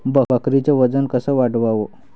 बकरीचं वजन कस वाढवाव?